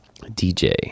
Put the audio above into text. DJ